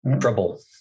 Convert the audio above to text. Trouble